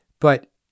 But-